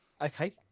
Okay